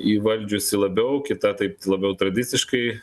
įvaldžiusi labiau kita taip labiau tradiciškai